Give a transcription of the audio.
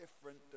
different